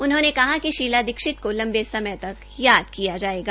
उन्होंने कहा कि शीला दीक्षित को लंबे समय तक याद किया जाएगा